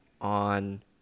on